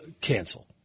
cancel